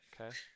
Okay